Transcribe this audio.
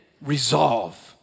resolve